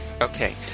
Okay